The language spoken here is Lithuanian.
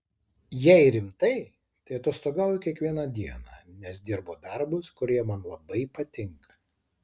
jei rimtai tai atostogauju kiekvieną dieną nes dirbu darbus kurie man labai patinka